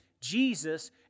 Jesus